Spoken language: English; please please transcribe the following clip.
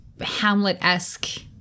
Hamlet-esque